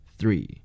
Three